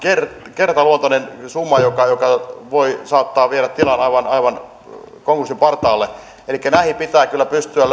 kertaluontoinen summa joka joka saattaa viedä tilan aivan konkurssin partaalle elikkä näihin pitää kyllä pystyä